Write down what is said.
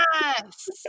Yes